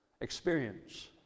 Experience